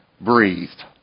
breathed